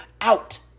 out